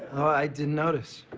i didn't notice.